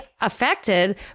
affected